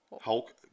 Hulk